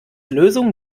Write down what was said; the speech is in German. lösung